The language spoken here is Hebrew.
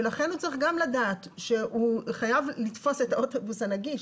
ולכן הוא צריך גם לדעת שהוא חייב לתפוס את האוטובוס הנגיש.